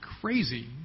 Crazy